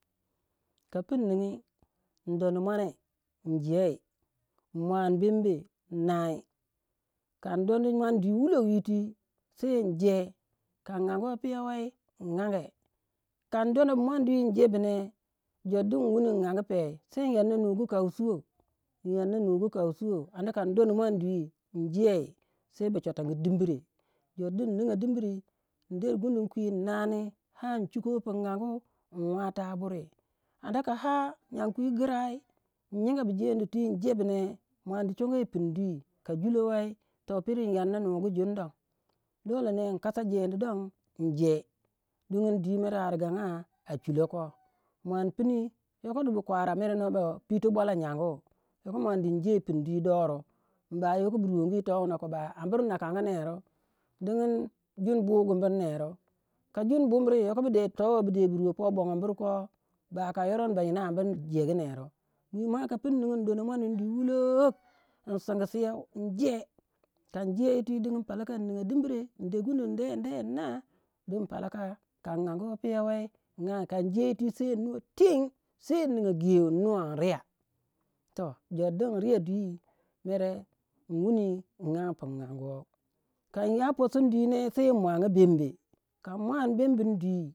ka pun ningi indonda muone in je in muani bembe in nai kan dondi muon dwi wulok yiti, sei in je kan anguwow piyou we sei in ange kan donda bu muon dwi in je bu ne jor din wuni mun in angu pe se inyanna nugu kausuwou, inyanna nugu kausuwou anda kan dondi muon dwi in je sei ba chwatangi dimbre jor di in ninga dimbre, nder gunun kwi in nnani ar chuko pun angu in watao buri anda ar ka nyangu kwi girai in nyinga bu jendi twi in jebe bu ner muon du chongu yi pin dwi, ka juloh wei toh pere inyanna nugu jun don tagi in nkasa jendi don in je dinyin dwi mere a riganga a chulo koh. Muon pinui. Yoko dubu kwara mere noh ba pito bwalau nyangu yo ko muon din in je in pinu dwi doh ru? Bu ruwongi towuna koh ba ambur nakagu neru? Dingin jun bugumbur neru ka jun bumbri yoko bu de towo bu de bu ruwo po bongombru ko ba ka yoron benyina ambir jegu neru. Mima ka pun ningi in donda muon dwi wulok in sinseu in je. Kan in je yiti dingin palaka in ninga dimbire in de gundu in de in de in naa digin palaka, ka in anguwa piau wei in ang ka in je yiti sei in nuwa ten sei ninga geu innuwa in riya toh jor din in riya dwi mere in wuni in angu pu in anguwow ka in ya posi ne sei in muanga bembe ka in muani bembi dwi.